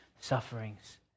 sufferings